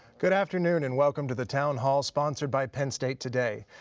good afternoon and welcome to the town hall sponsored by penn state today.